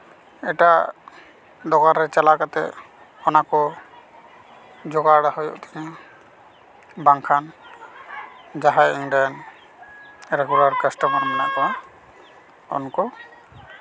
ᱮᱴᱟᱜ ᱫᱟᱠᱟᱱ ᱨᱮ ᱪᱟᱞᱟᱣ ᱠᱟᱛᱮᱫ ᱚᱱᱟᱠᱚ ᱡᱚᱜᱟᱲ ᱦᱩᱭᱩᱜ ᱛᱤᱧᱟᱹ ᱵᱟᱝᱠᱷᱟᱱ ᱡᱟᱦᱟᱸᱭ ᱚᱸᱰᱮ ᱨᱮᱜᱩᱞᱟᱨ ᱠᱟᱥᱴᱚᱢᱟᱨ ᱢᱮᱱᱟᱜ ᱠᱚᱣᱟ ᱩᱱᱠᱩ